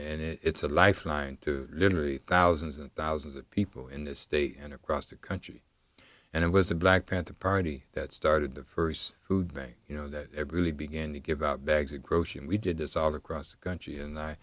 and it's a lifeline to literally thousands and thousands of people in this state and across the country and it was a black panther party that started the first who you know that really began to give out bags of groceries we did this all across the country and i